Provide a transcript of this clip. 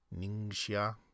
Ningxia